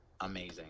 amazing